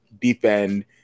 defend